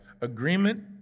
agreement